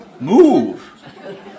Move